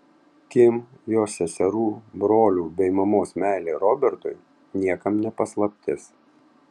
kim jos seserų brolio bei mamos meilė robertui niekam ne paslaptis